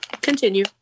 Continue